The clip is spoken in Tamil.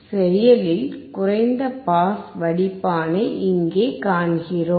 செயலில் குறைந்த பாஸ் வடிப்பானை இங்கே காண்கிறோம்